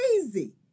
crazy